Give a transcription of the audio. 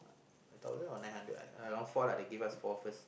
a thousand or nine hundred lah around four they give us four first